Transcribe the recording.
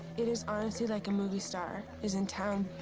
it is honestly like a movie star is in town.